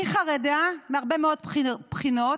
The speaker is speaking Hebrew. אני חרדה מהרבה מאוד בחינות,